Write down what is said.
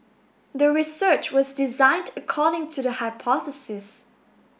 the research was designed according to the hypothesis